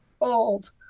old